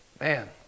Man